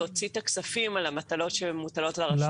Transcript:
להוציא את הכספים על המטלות שמוטלות על הרשות.